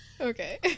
Okay